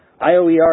IOER